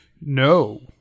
no